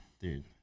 dude